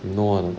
no ah